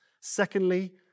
Secondly